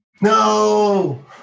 No